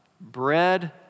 Bread